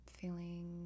Feeling